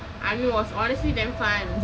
anu it was honestly damn fun